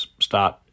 start